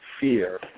fear